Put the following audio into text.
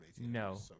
No